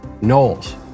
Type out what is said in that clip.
Knowles